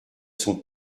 son